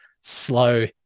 slow